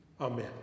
Amen